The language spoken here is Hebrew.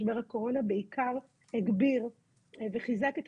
משבר הקורונה בעיקר הגביר וחיזק את